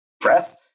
press